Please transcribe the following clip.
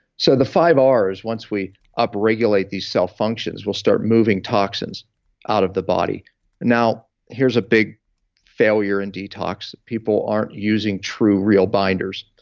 so the five rs, once we upregulate the cell functions, will start moving toxins out of the body now, here's a big failure in detox. people aren't using true, real binders.